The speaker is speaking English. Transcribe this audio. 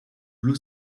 blue